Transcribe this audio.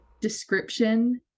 description